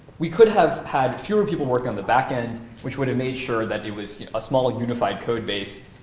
we could have had fewer people working on the backend, which would have made sure that it was a small unified code base,